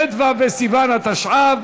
ט"ו בסיוון התשע"ו,